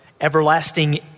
Everlasting